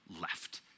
left